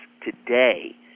today